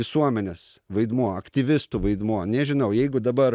visuomenės vaidmuo aktyvistų vaidmuo nežinau jeigu dabar